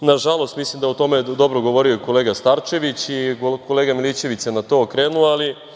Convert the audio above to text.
nažalost, mislim da je o tome dobro govorio i kolega Starčević i kolega Milićević se na to okrenuo, ali